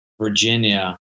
Virginia